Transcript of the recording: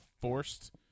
forced